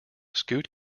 scoot